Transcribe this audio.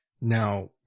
now